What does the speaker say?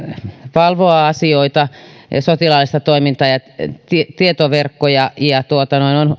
valvoa asioita sotilaallista toimintaa ja tietoverkkoja ja kaksituhattaviisitoista on